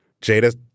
Jada